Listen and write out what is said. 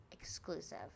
exclusive